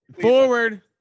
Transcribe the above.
Forward